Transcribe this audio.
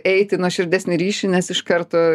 eit į nuoširdesnį ryšį nes iš karto